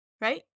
Right